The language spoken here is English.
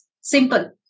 Simple